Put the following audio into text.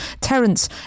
Terence